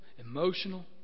emotional